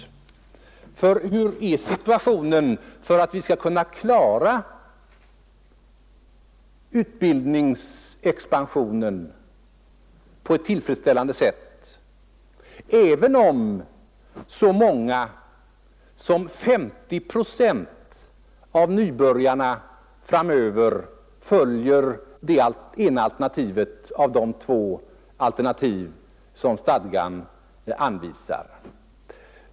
Hur skall vi klara utbildningsexpansionen på ett tillfredsställande sätt även om så många som 50 procent av nybörjarna framöver följer det ena av de två alternativ som stadgan anvisar?